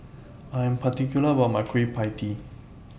I Am particular about My Kueh PIE Tee